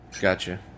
gotcha